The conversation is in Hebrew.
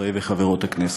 חברי וחברות הכנסת,